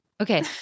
okay